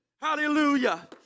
Hallelujah